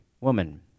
woman